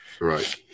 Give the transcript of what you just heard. Right